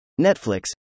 Netflix